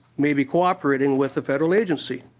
may be cooperating with the federal agency.